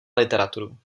literaturu